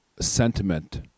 sentiment